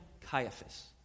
Caiaphas